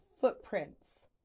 footprints